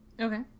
okay